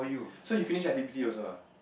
so you finish i_p_p_t also ah